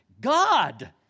God